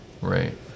Right